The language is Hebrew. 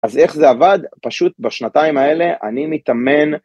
אז איך זה עבד? פשוט בשנתיים האלה, אני מתאמן.